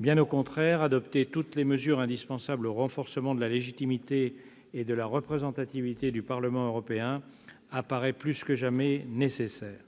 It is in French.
Bien au contraire, adopter toutes les mesures indispensables au renforcement de la légitimité et de la représentativité du Parlement européen apparaît plus que jamais nécessaire.